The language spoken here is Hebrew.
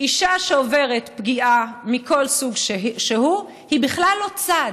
אישה שעוברת פגיעה מכל סוג שהוא היא בכלל לא צד,